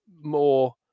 more